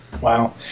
Wow